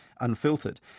Unfiltered